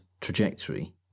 trajectory